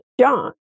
John